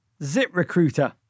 ZipRecruiter